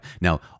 Now